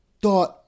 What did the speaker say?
thought